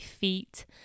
feet